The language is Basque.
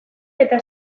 eta